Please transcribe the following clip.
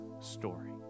story